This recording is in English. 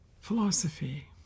philosophy